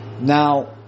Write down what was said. Now